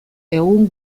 egun